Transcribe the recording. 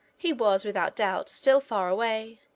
he was, without doubt, still far away,